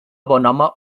bonhome